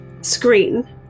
screen